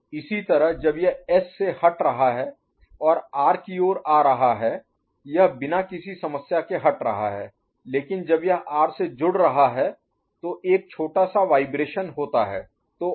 इसी तरह जब यह S से हट रहा है और R की ओर आ रहा है यह बिना किसी समस्या के हट रहा है लेकिन जब यह R से जुड़ रहा है तो एक छोटा सा वाइब्रेशन कंपन होता है